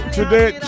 today